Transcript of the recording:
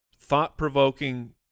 thought-provoking